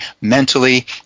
mentally